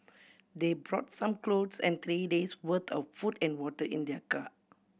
they brought some clothes and three days worth of food and water in their car